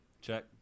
Check